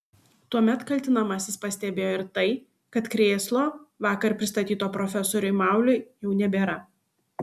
tuomet kaltinamasis pastebėjo ir tai kad krėslo vakar pristatyto profesoriui mauliui jau nebėra